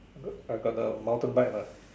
I got I got the mountain bike lah